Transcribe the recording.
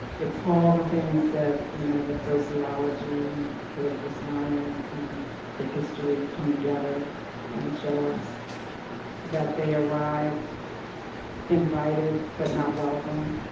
it's all the things that you know that sociology and political science and the history come together and show us that they arrived invited but not welcome.